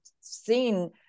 seen